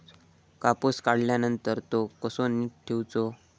कापूस काढल्यानंतर तो कसो नीट ठेवूचो?